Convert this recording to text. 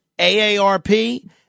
AARP